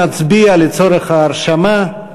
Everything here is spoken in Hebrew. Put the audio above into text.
נצביע לצורך ההרשמה.